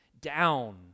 down